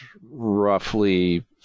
roughly –